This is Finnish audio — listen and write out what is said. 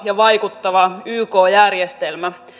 ja vaikuttava yk järjestelmä